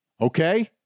Okay